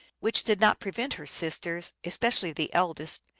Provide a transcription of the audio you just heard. which did not prevent her sisters, especially the eldest,